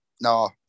No